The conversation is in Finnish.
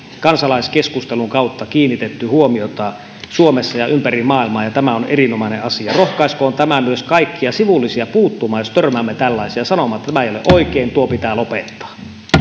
kansalaiskeskustelun kautta kiinnitetty huomiota suomessa ja ympäri maailmaa ja tämä on erinomainen asia rohkaiskoon tämä myös kaikkia sivullisia puuttumaan jos törmäämme tällaiseen ja sanomaan että tuo ei ole oikein tuo pitää lopettaa